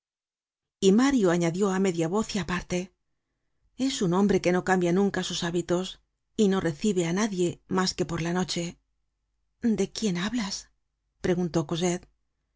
mario añadió á media voz y aparte es un hombre que no cambia nunca sus hábitos y no recibe á nadie mas que por la noche de quién hablas preguntó